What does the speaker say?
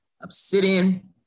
Obsidian